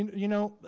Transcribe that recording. you know,